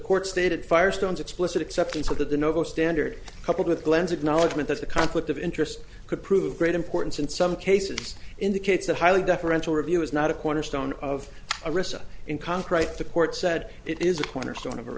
court stated firestone's explicit acceptance of the noble standard coupled with glenn's acknowledgement that the conflict of interest could prove great importance in some cases indicates a highly deferential review is not a cornerstone of a recess in conkwright the court said it is a cornerstone of